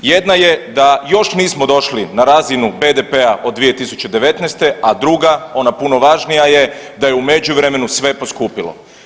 Jedna je da još nismo došli na razinu BDP-a od 2019., a druga ona puno važnija je da je u međuvremenu sve poskupilo.